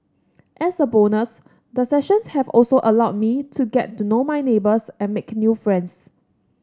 as a bonus the sessions have also allowed me to get to know my neighbours and make new friends